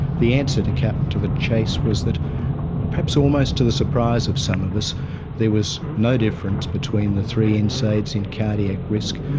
the answer, to cut to the chase, was that perhaps almost to the surprise of some of us there was no difference between the three and nsaids in cardiac risk.